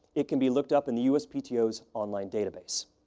it can be looked up in the uspto's online database.